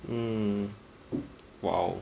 um !wow!